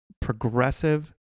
progressive